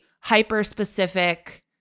hyper-specific